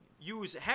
use